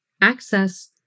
access